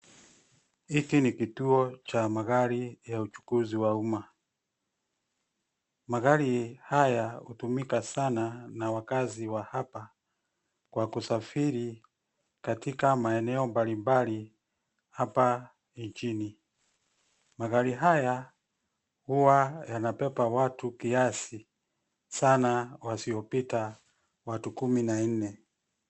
Hiki ni kituo cha magari ya uchukuzi wa umma. Magari haya hutumika sana na wakazi wa hapa ,kwa kusafiri katika maeneo mbalimbali hapa nchini. Magari haya huwa yanabeba watu kiasi sana wasiopita watu kumi na nne.